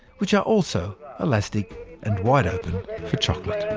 which are also elastic and wide-open for chocolate.